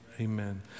Amen